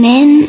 Men